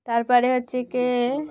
তার পরে হচ্ছে কি